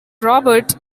robert